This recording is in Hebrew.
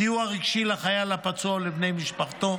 סיוע רגשי לחייל הפצוע ולבני משפחתו,